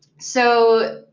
so